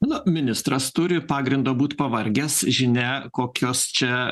na ministras turi pagrindo būti pavargęs žinia kokios čia